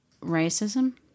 racism